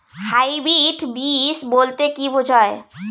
Hybrid বীজ বলতে কী বোঝায়?